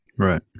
Right